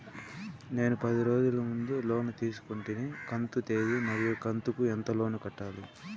నేను పది రోజుల ముందు లోను తీసుకొంటిని కంతు తేది మరియు కంతు కు ఎంత లోను కట్టాలి?